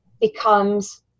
becomes